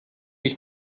ich